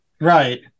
right